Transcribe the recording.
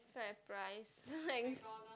FairPrice